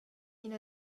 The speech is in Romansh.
ina